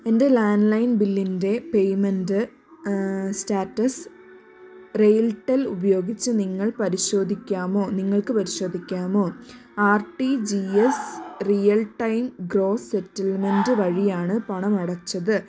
എന്റെ ലാൻലൈൻ ബില്ലിന്റെ payment status RailTel ഉപയോഗിച്ച് നിങ്ങൾ പരിശോധിക്കാമോ നിങ്ങൾക്ക് പരിശോധിക്കാമോ R T G S real time gross settlement വഴിയാണ് പണമടച്ചത്